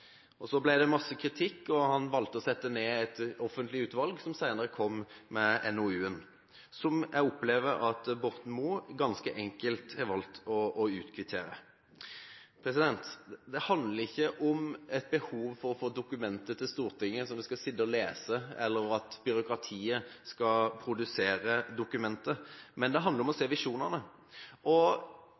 vraket. Så ble det masse kritikk, og han valgte å sette ned et offentlig utvalg, som senere kom med NOU-en, som jeg opplever at Borten Moe ganske enkelt har valgt å utkvittere. Det handler ikke om et behov for å få dokumenter til Stortinget som vi skal sitte og lese, eller at byråkratiet skal produsere dokumenter, men det handler om å se visjonene.